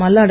Malladi